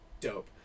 dope